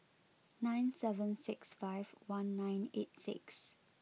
nine seven six five one nine eight six